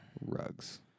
Rugs